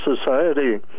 society